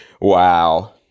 Wow